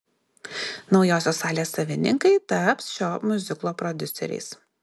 naujosios salės savininkai taps šio miuziklo prodiuseriais